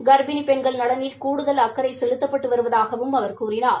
கர்ப்பிணி பெண்கள் நலனில் கூடுதல் அகக்றை செலுத்தி வருவதாகவும் அவர் கூறினார்